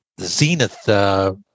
zenith